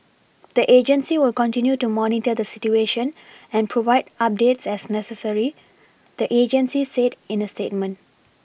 the agency will continue to monitor the situation and provide updates as necessary the agency said in a statement